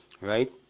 right